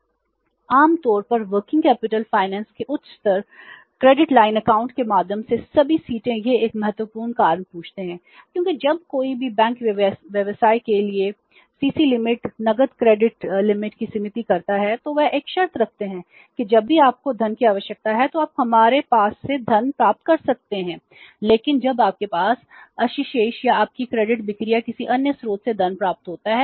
हम आम तौर पर कार्यशील पूंजी वित्त को सीमित करता है तो वे एक शर्त रखते हैं कि जब भी आपको धन की आवश्यकता हो आप हमारे पास से धन प्राप्त कर सकते हैं लेकिन जब आपके पास अधिशेष या आपकी क्रेडिट बिक्री या किसी अन्य स्रोत से धन प्राप्त होता है